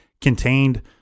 contained